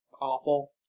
awful